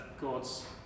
God's